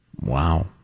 Wow